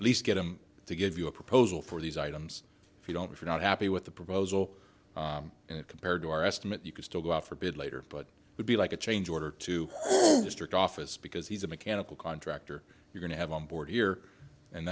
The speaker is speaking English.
at least get him to give you a proposal for these items if you don't if you're not happy with the proposal and compared to our estimate you could still go out for a bit later but would be like a change order to district office because he's a mechanical contractor you going to have on board here and